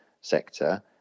sector